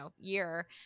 year